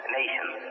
nations